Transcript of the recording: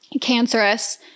cancerous